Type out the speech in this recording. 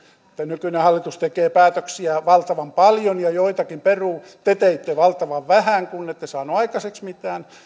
nykyinen hallitus tekee päätöksiä valtavan paljon ja joitakin peruu mutta te teitte valtavan vähän kun ette saaneet aikaiseksi mitään